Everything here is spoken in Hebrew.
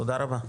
תודה רבה.